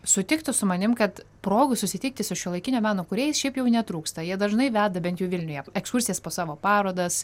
sutiktų su manim kad progų susitikti su šiuolaikinio meno kūrėjais šiaip jau netrūksta jie dažnai veda bent jau vilniuje ekskursijas po savo parodas